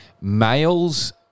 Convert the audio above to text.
males